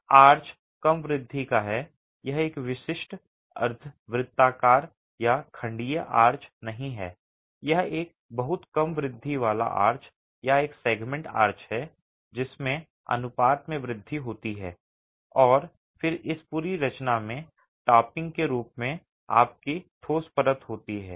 arch कम वृद्धि का है यह एक विशिष्ट अर्धवृत्ताकार या खंडीय आर्च नहीं है यह एक बहुत कम वृद्धि वाला आर्च या एक सेगमेंट आर्च है जिसमें अनुपात में वृद्धि होती है और फिर इस पूरी रचना में टॉपिंग के रूप में आपकी ठोस परत होती है